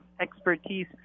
Expertise